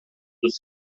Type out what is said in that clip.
dos